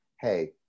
hey